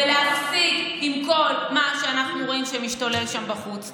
ולהפסיק עם כל מה שאנחנו רואים שמשתולל שם בחוץ.